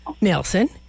Nelson